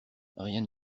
rien